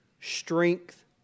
strength